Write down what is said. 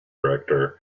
director